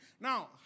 Now